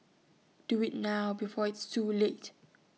do IT now before it's too late